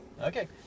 Okay